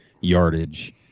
yardage